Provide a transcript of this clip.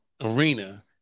arena